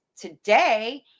today